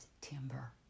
Timber